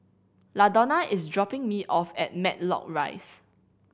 Ladonna is dropping me off at Matlock Rise